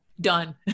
done